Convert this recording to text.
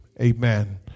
amen